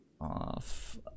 off